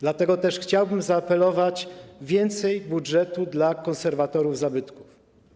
Dlatego też chciałbym zaapelować: więcej środków z budżetu dla konserwatorów zabytków.